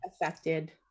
affected